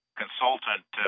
consultant